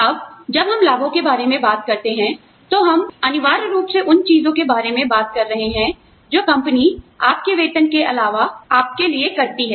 अब जब हम लाभों के बारे में बात करते हैं तो हम अनिवार्य रूप से उन चीजों के बारे में बात कर रहे हैं जो कंपनी आपके वेतन के अलावा आपके लिए करती है